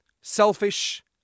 selfish